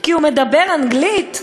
כי הוא מדבר אנגלית?